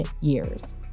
years